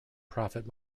prophet